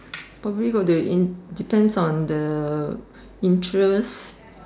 probably go to in depends on the interest